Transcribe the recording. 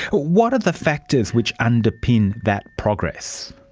what are the factors which underpin that progress?